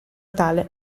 tale